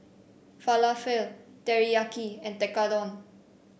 Falafel Teriyaki and Tekkadon